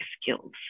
skills